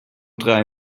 drei